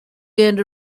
gained